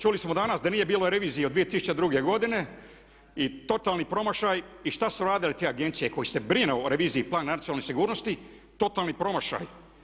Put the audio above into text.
Čuli smo danas da nije bilo revizije od 2002. godine i totalni promašaj i šta su radile te agencije koje se brine o reviziji i plan nacionalne sigurnosti totalni promašaj.